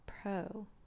pro